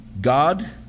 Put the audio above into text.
God